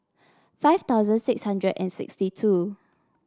five thousand six hundred and sixty two